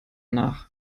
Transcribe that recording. nach